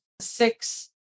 six